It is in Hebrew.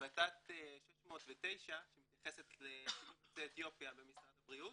החלטת 609 שמתייחסת לשילוב יוצאי אתיופיה במשרד הבריאות,